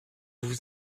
vous